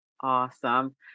Awesome